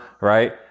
right